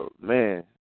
man